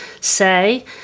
say